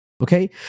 okay